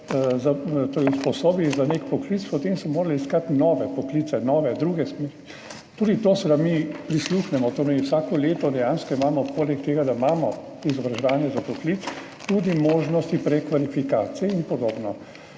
usposobili za nek poklic, morali iskati nove poklice, nove, druge smeri. Tudi temu seveda mi prisluhnemo. Vsako leto dejansko imamo poleg tega, da imamo izobraževanje za poklic, tudi možnosti prekvalifikacij in podobno.